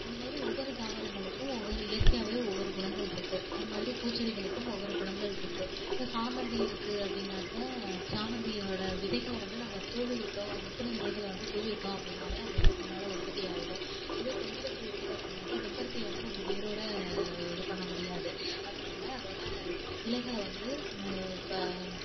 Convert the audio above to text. அது மாதிரி ஒவ்வொரு தாவரங்களுக்கும் ஒவ்வொரு இயற்கையாகவே ஒவ்வொரு குணங்கள் இருக்குது அது மாதிரி பூச்செடிகளுக்கும் ஒவ்வொரு குணங்கள் இருக்குது இப்போ சாமந்தி இருக்குது அப்படினாக்க சாமந்தியோடய விதைகளை வந்து நாம தூவி விட்டோம் முற்றின விதைகளை வந்து தூவி விட்டோம் அப்படினாலே அது வந்து தன்னால் உற்பத்தி ஆகிடும் இதுவே செம்பருத்தி இருக்குது அப்படினாக்கா செம்பருத்தி வந்து நம்ம வேரோடு இது பண்ண முடியாது அதனால அதோடய கிளைகளை வந்து இப்போ